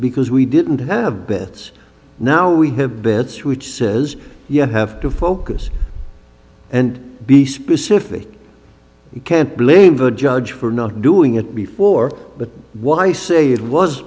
because we didn't have bits now we have beds which says you have to focus and be specific you can't blame the judge for not doing it before but why say it was